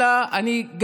אלא אני,